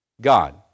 God